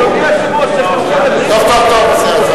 אדוני היושב-ראש,